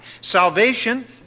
salvation